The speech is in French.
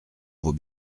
vaut